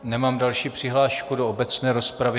Nemám další přihlášku do obecné rozpravy.